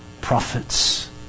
prophets